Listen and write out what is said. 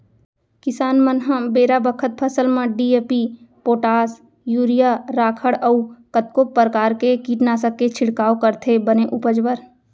किसान मन ह बेरा बखत फसल म डी.ए.पी, पोटास, यूरिया, राखड़ अउ कतको परकार के कीटनासक के छिड़काव करथे बने उपज बर